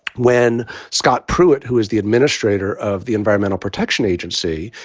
when scott pruitt, who is the administrator of the environmental protection agency,